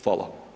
Hvala.